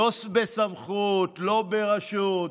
לא בסמכות, לא ברשות,